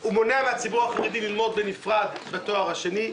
הוא מונע מן הציבור החרדי ללמוד בנפרד בתואר השני,